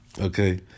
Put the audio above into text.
Okay